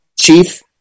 chief